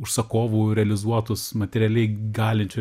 užsakovų realizuotus materialiai galinčių